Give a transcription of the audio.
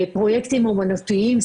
פרוייקטים אומנותיים,